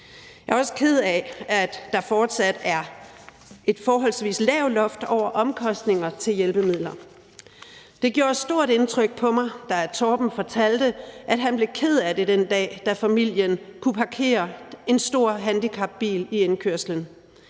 Jeg er også ked af, at der fortsat er et forholdsvis lavt loft over omkostninger til hjælpemidler. Det gjorde stort indtryk på mig, da Torben fortalte, at han blev ked af det den dag, da familien kunne parkere en stor handicapbil i indkørslen.